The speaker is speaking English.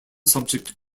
subject